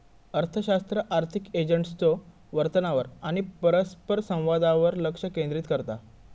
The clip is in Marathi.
अर्थशास्त्र आर्थिक एजंट्सच्यो वर्तनावर आणि परस्परसंवादावर लक्ष केंद्रित करता